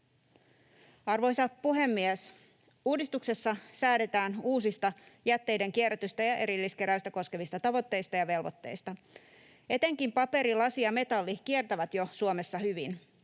Arvoisa puhemies! Uudistuksessa säädetään uusista jätteiden kierrätystä ja erilliskeräystä koskevista tavoitteista ja velvoitteista. Etenkin paperi, lasi ja metalli kiertävät jo Suomessa hyvin.